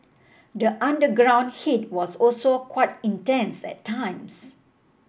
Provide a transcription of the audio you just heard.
the underground heat was also quite intense at times